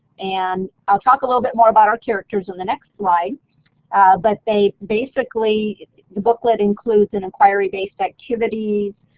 and i'll talk a little bit more about our characters in the next slide but they basically the booklet includes an inquiry based activities,